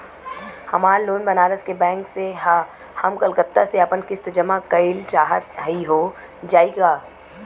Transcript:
हमार लोन बनारस के बैंक से ह हम कलकत्ता से आपन किस्त जमा कइल चाहत हई हो जाई का?